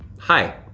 hi,